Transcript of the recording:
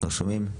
לא שומעים.